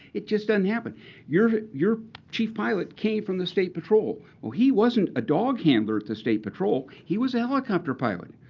it just doesn't happen. your your chief pilot came from the state patrol. well, he wasn't a dog handler at the state patrol, he was a helicopter pilot.